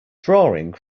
drawing